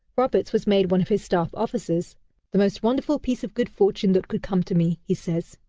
roberts was made one of his staff officers the most wonderful piece of good fortune that could come to me, he says.